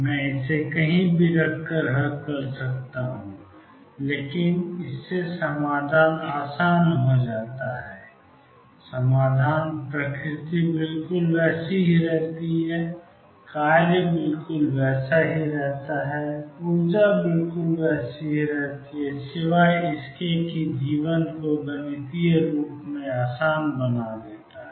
मैं इसे कहीं भी रखकर हल कर सकता हूं लेकिन इससे समाधान आसान हो जाता है समाधान प्रकृति बिल्कुल वैसी ही रहती है कार्य बिल्कुल वैसा ही रहता है ऊर्जा बिल्कुल वैसी ही रहती है सिवाय इसके कि जीवन को गणितीय रूप से आसान बना देता है